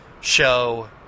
show